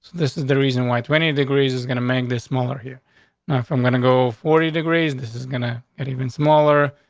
this is the reason why twenty degrees is gonna make this smaller here. not from gonna go forty degrees. this is gonna get even smaller.